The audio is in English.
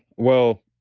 well,